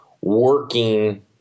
working